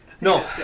no